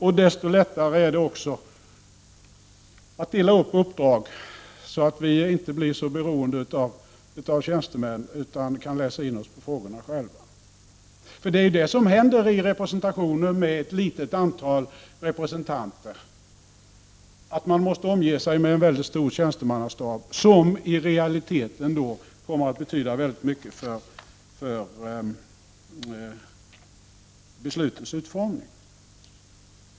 Och desto lättare är det då också att dela upp uppdragen, så att vi inte blir så beroende av tjänstemännen. Det är bättre att vi själva kan läsa in olika frågor. I de församlingar där det är ett litet antal representanter måste ju dessa omge sig med en väldigt stor tjänstemannastab som i realiteten kommer att betyda väldigt mycket för beslutens utformning.